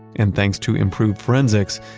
and thanks to improved forensics,